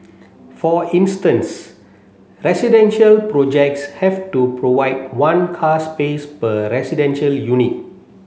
for instance residential projects have to provide one car space per residential unit